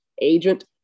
agent